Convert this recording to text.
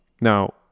now